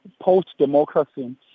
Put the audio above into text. post-democracy